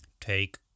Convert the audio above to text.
take